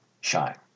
shine